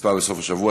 נספה בסוף השבוע,